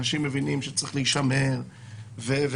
אנשים מבינים שצריך להישמר ולהתחסן,